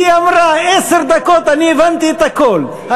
היא אמרה עשר דקות, אני הבנתי הכול,